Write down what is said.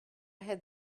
had